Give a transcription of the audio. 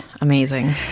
amazing